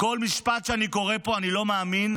כל משפט שאני קורא פה, אני לא מאמין.